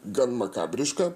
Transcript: gan makabriška